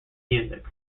music